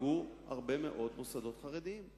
ייפגעו הרבה מאוד מוסדות חרדיים.